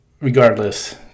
regardless